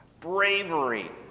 bravery